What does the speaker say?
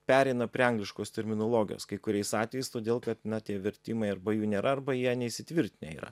pereina prie angliškos terminologijos kai kuriais atvejais todėl kad na tie vertimai arba jų nėra arba jie neįsitvirtinę yra